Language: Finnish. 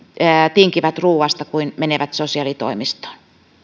tinkivät ruoasta kuin menevät sosiaalitoimistoon